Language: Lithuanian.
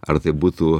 ar tai būtų